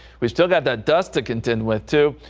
we still got that dust to contend with two.